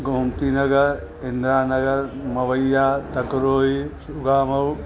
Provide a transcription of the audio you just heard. Gomti Nagar Indira Nagar Mawaiya Takrohi Sugamau